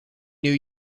new